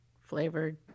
flavored